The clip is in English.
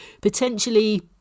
potentially